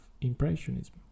impressionism